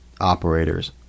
operators